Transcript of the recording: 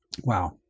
Wow